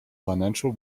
financial